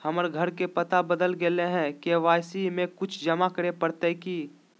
हमर घर के पता बदल गेलई हई, के.वाई.सी में कुछ जमा करे पड़तई की?